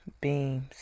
beams